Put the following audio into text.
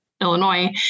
illinois